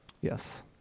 Yes